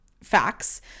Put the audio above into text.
Facts